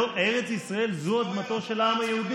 ארץ ישראל היא אדמתו של העם היהודי,